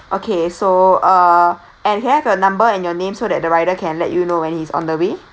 okay so uh and can I have your number and your name so that the rider can let you know when he's on the way